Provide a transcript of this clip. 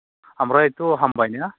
ओमफ्रायथ' हामबाय ना